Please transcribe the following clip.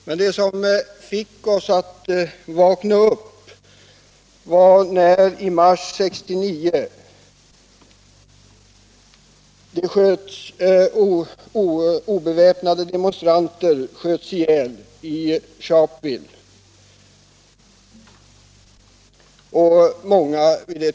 Men det som fick oss att vakna upp var att i mars 1969 sköts obeväpnade demonstranter i Sharpeville ihjäl och många sårades.